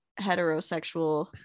heterosexual